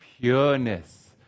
Pureness